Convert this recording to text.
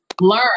learn